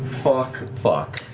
fuck, fuck.